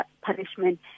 punishment